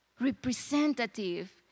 representative